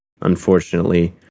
Unfortunately